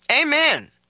Amen